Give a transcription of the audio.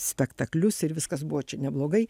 spektaklius ir viskas buvo čia neblogai